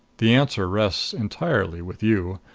the answer rests entirely with you.